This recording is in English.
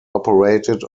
operated